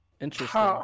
Interesting